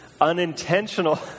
unintentional